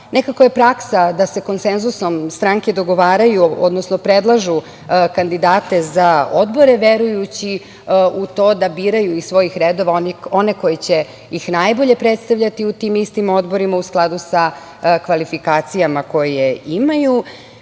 Nekako je praksa da se konsenzusom stranke dogovaraju, odnosno predlažu kandidate za odbore, verujući u to da biraju iz svojih redova one koji će ih najbolje predstavljati u tim istim odborima, u skladu sa kvalifikacijama koje